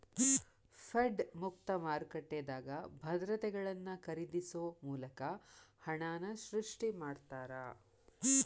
Fed ಮುಕ್ತ ಮಾರುಕಟ್ಟೆದಾಗ ಭದ್ರತೆಗಳನ್ನ ಖರೇದಿಸೊ ಮೂಲಕ ಹಣನ ಸೃಷ್ಟಿ ಮಾಡ್ತಾರಾ